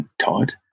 Todd